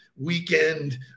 weekend